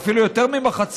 אפילו יותר ממחצית,